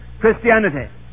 Christianity